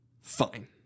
Fine